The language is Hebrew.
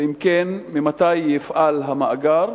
2. אם כן, ממתי יפעל המאגר?